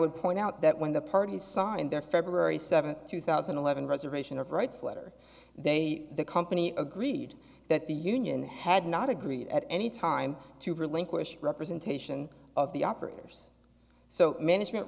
would point out that when the parties signed their february seventh two thousand and eleven reservation of rights letter they the company agreed that the union had not agreed at any time to relinquish representation of the operators so management